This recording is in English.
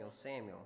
Samuel